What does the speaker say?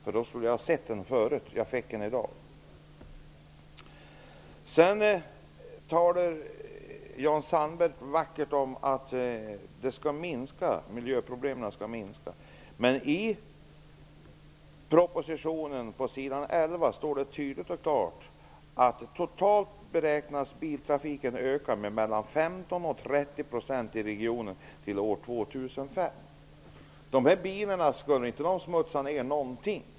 Jag skulle i så fall sett den förut, men jag såg den först i dag när jag fick den. Jan Sandberg talar vackert om att miljöproblemen kommer att minska. Men i propositionen står det tydligt och klart på sidan 11: ''Totalt beräknas biltrafiken öka med 15--30 % i regionen till år 2005 --.'' Kommer inte de bilarna att smutsa ner någonting?